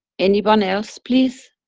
anyone else please?